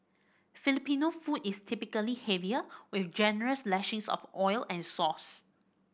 Filipino food is typically heavier with generous lashings of oil and sauce